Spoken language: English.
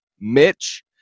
Mitch